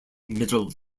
middle